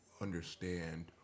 understand